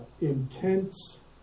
intense